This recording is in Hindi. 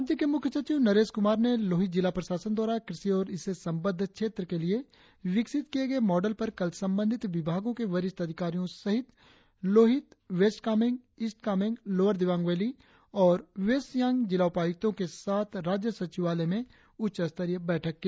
राज्य के मुख्यसचिव नरेश कुमार ने लोहित जिला प्रशासन द्वारा कृषि और इससे संबद्ध क्षेत्र के लिए विकसित किए गये मॉडल पर कल संबंधित विभागों के वरिष्ठ अधिकारियों सहित Lohit West Kameng East Kameng Lower Dibang Valley और वेस्ट सियांग जिला उपायुक्तों के साथ राज्य सचिवालय में उच्च स्तरीय बैठक की